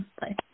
Bye